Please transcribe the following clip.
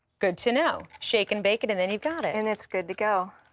good to know. shake and bake it, and then youve got it. and its good to go.